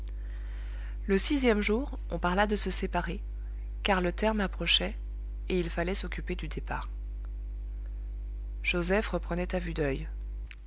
le sixième jour on parla de se séparer car le terme approchait et il fallait s'occuper du départ joseph reprenait à vue d'oeil